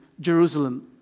Jerusalem